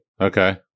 Okay